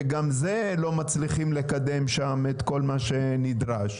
שגם שם לא מצליחים לקדם את כל מה שנדרש.